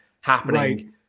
happening